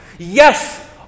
Yes